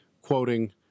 quoting